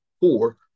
four